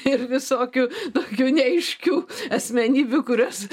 ir visokių tokių neaiškių asmenybių kurios